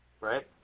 right